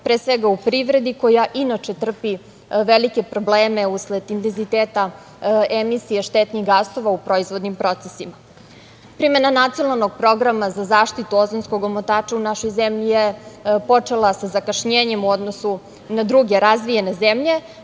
pre svega u privredi koja inače trpi velike probleme usled intenziteta emisije štetnih gasova u proizvodnim procesima. Primena Nacionalnog programa za zaštitu ozonskog omotača u našoj zemlji je počela sa zakašnjenjem u odnosu na druge razvijene zemlje.